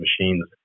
machines